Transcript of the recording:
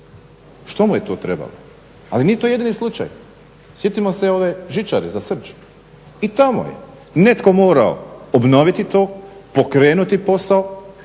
Što mu je to trebalo? Ali nije to jedini slučaj, sjetimo se ove žičare za Srđ. I tamo je netko morao obnoviti to, pokrenuti posao,